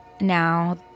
Now